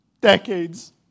decades